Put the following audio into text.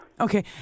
Okay